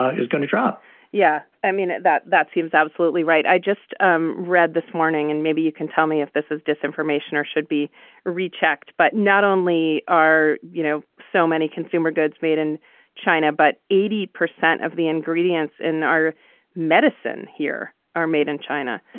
is going to drop yeah, i mean, that that seems absolutely right. i just um read this morning and maybe you can tell me if this is disinformation or should be rechecked, but not only are, you know, so many consumer goods made in china, but eighty percent of the ingredients in our medicine here are made in china.